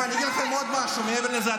אני אגיד לכם עוד משהו מעבר לזה.